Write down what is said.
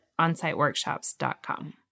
onsiteworkshops.com